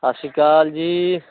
ਸਤਿ ਸ਼੍ਰੀ ਅਕਾਲ ਜੀ